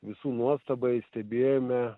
visų nuostabai stebėjome